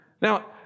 Now